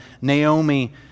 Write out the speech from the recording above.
Naomi